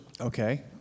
Okay